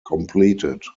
completed